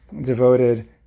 devoted